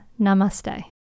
Namaste